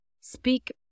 speak